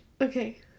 Okay